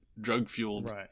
drug-fueled